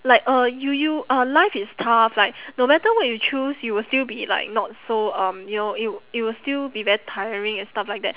like uh you you uh life is tough like no matter what you choose you will still be like not so um you know it it will still be very tiring and stuff like that